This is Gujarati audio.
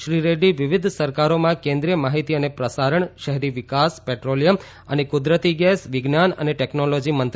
શ્રી રેડ્ડી વિવિધ સરકારોમાં કેન્દ્રિય માહિતી અને પ્રસારણ શહેરી વિકાસ પેટ્રોલિયમ અને કુદરતી ગેસ વિજ્ઞાન અને ટેકનોલોજી મંત્રી રહ્યા હતા